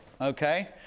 Okay